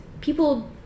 people